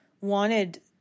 wanted